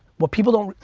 what people don't,